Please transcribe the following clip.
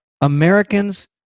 Americans